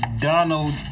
Donald